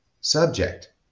subject